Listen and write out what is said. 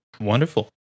Wonderful